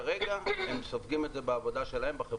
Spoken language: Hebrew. כרגע הם סופגים את זה בעבודה שלהם בחברות שלהם.